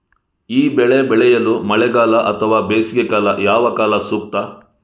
ಈ ಬೆಳೆ ಬೆಳೆಯಲು ಮಳೆಗಾಲ ಅಥವಾ ಬೇಸಿಗೆಕಾಲ ಯಾವ ಕಾಲ ಸೂಕ್ತ?